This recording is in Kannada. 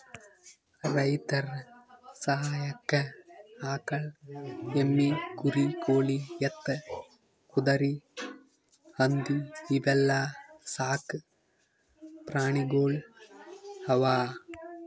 ರೈತರ್ ಸಹಾಯಕ್ಕ್ ಆಕಳ್, ಎಮ್ಮಿ, ಕುರಿ, ಕೋಳಿ, ಎತ್ತ್, ಕುದರಿ, ಹಂದಿ ಇವೆಲ್ಲಾ ಸಾಕ್ ಪ್ರಾಣಿಗೊಳ್ ಅವಾ